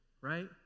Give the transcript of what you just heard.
right